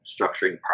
structuring